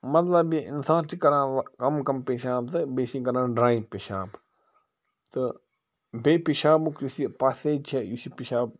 مطلب یہِ اِنسان چھِ کَران کَم کَم پیشاب تہٕ بیٚیہِ چھِ یہِ کَران ڈرٛاے پیشاب تہٕ بیٚیہِ پیشابُک یُس یہِ پسیج چھِ یُس یہِ پیشاب